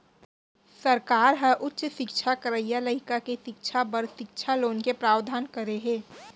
सरकार ह उच्च सिक्छा करइया लइका के सिक्छा बर सिक्छा लोन के प्रावधान करे हे